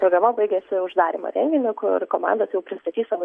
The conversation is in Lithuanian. programa baigiasi uždarymo renginiu kur komandos jau pristatys savo